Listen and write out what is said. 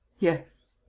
yes.